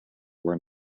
where